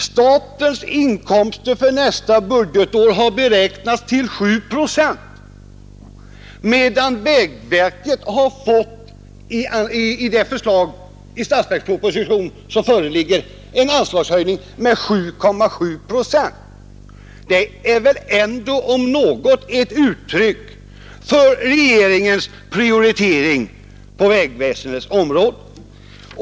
Statens inkomster för nästa budgetår beräknas öka med 7 procent, medan vägverket enligt den statsverksproposition som föreligger får en anslagshöjning med 7,7 procent. Det är väl om något ett uttryck för regeringens prioritering på vägväsendets område.